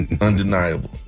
Undeniable